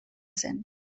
zen